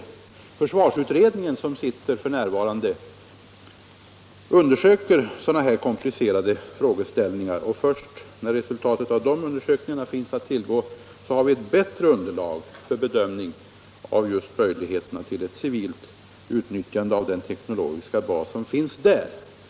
Den försvarsutredning som arbetar f. n. undersöker sådana här komplicerade frågeställningar, och först när resultatet av de undersökningarna finns att tillgå har vi ett bättre underlag för bedömning av just möjligheterna till ett civilt utnyttjande av den teknologiska bas som finns inom försvarsindustrin.